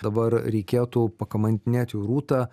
dabar reikėtų pakamantinėti rūtą